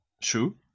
shoe